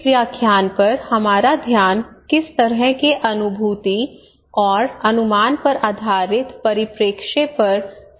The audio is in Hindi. इस व्याख्यान पर हमारा ध्यान किस तरह के अनुभूति और अनुमान पर आधारित परिप्रेक्ष्य पर केंद्रित होगा